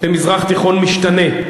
במזרח תיכון משתנה.